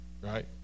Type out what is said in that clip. Right